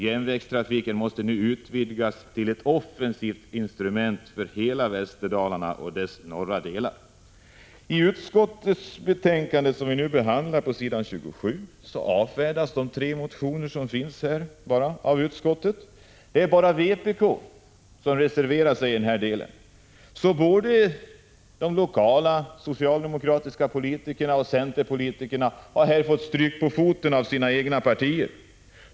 Järnvägstrafiken måste nu utvidgas till ett offensivt instrument för hela Västerdalarna, inte minst de norra delarna. I det utskottsbetänkande vi nu behandlar avfärdas, på s. 27, de tre motioner som väckts. Det är bara vpk som reserverar sig i den här delen. De lokala socialdemokratiska politikerna och centerpolitikerna har här fått stryka på foten.